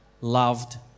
loved